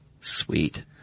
Sweet